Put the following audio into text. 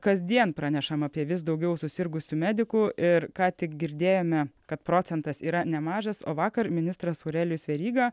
kasdien pranešama apie vis daugiau susirgusių medikų ir ką tik girdėjome kad procentas yra nemažas o vakar ministras aurelijus veryga